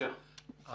יתקיים.